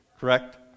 Correct